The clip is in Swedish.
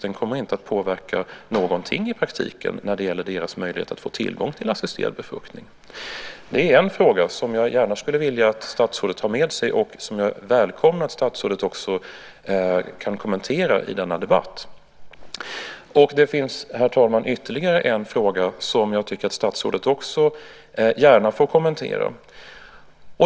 Den kommer inte att påverka någonting i praktiken när det gäller deras möjligheter att få tillgång till assisterad befruktning. Det är en fråga som jag gärna skulle vilja att statsrådet tog med sig och som jag välkomnar att statsrådet också kan kommentera i denna debatt. Det finns, herr talman, ytterligare en fråga som jag tycker att statsrådet gärna får kommentera.